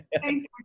Thanks